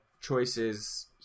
choices